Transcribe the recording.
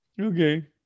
Okay